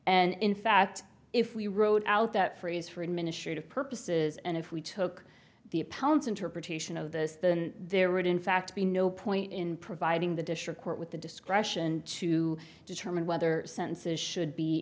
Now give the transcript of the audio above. and in fact if we wrote out that phrase for administrative purposes and if we took the opponent's interpretation of this then there would in fact be no point in providing the district court with the discretion to determine whether sentences should be